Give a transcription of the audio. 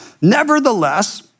nevertheless